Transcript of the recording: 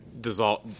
dissolve